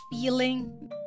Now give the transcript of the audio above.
feeling